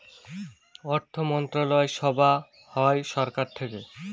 অর্থমন্ত্রণালয় সভা হয় সরকার থেকে